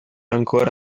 ancora